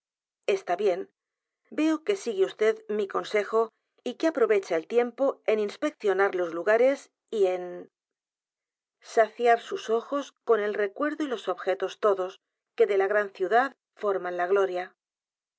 está bien veo que sigue vd mi consejo y que aprovecha el tiempo en inspeccionar los lugares y en saciar sus ojos con el recuerdo y los objetos todos que de la gran ciudad forman la gloria